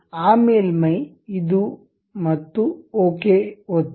ಮತ್ತು ಆ ಮೇಲ್ಮೈ ಇದು ಮತ್ತು ಓಕೆ ಒತ್ತಿ